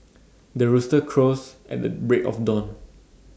the rooster crows at the break of dawn